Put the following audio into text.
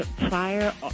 prior